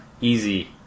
easy